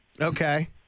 Okay